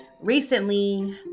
recently